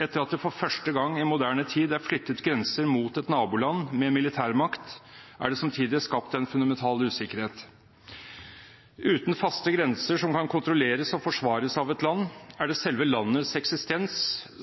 Etter at det for første gang i moderne tid er flyttet grenser mot et naboland med militærmakt, er det samtidig skapt en fundamental usikkerhet. Uten faste grenser som kan kontrolleres og forsvares av et land, er det selve landets eksistens